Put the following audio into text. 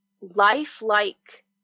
lifelike